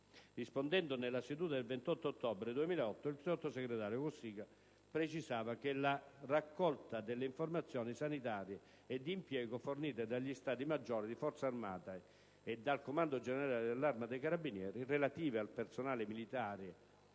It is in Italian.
Rispondendo nella seduta del 28 ottobre 2008, il sottosegretario Cossiga precisava che la raccolta delle informazioni sanitarie e di impiego, fornite dagli Stati maggiori di Forza armata e dal Comando generale dell'Arma dei carabinieri, relative al personale militare